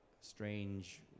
strange